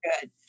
good